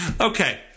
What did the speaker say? Okay